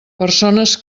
persones